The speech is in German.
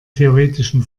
theoretischen